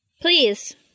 Please